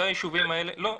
לא.